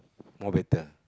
more better